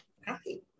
happy